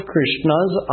Krishna's